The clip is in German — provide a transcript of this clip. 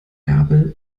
gabel